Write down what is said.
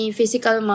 physical